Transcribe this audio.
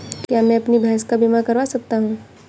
क्या मैं अपनी भैंस का बीमा करवा सकता हूँ?